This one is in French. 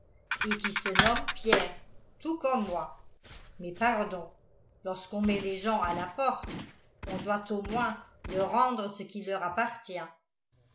et qui se nomme pierre tout comme moi mais pardon lorsqu'on met les gens à la porte on doit au moins leur rendre ce qui leur appartient